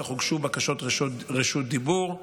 אך הוגשו בקשות רשות דיבור.